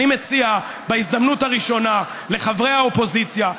אני מציע בהזדמנות הראשונה לחברי האופוזיציה,